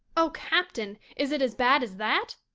oh, captain, is it as bad as that